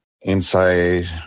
inside